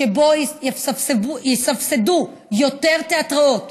שבו יסבסדו יותר תיאטראות